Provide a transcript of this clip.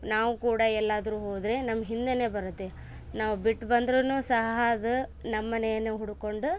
ನಾವು ಕೂಡ ಎಲ್ಲಾದ್ರು ಹೋದರೆ ನಮ್ಮ ಹಿಂದೇ ಬರುತ್ತೆ ನಾವು ಬಿಟ್ಟು ಬಂದ್ರೂ ಸಹ ಅದು ನಮ್ಮನೆಯನ್ನೆ ಹುಡ್ಕೊಂಡು